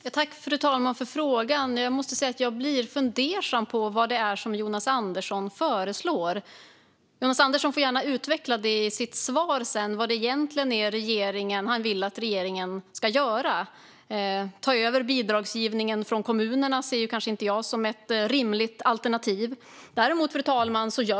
Fru talman! Jag tackar för frågan. Jag måste säga att jag blir fundersam över vad det är som Jonas Andersson föreslår. Jonas Andersson får gärna i sitt svar sedan utveckla vad det egentligen är han vill att regeringen ska göra. Att ta över bidragsgivningen från kommunerna ser inte jag som ett rimligt alternativ. Fru talman!